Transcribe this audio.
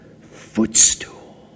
footstool